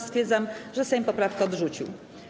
Stwierdzam, że Sejm poprawkę odrzucił.